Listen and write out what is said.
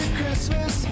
Christmas